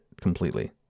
completely